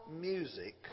music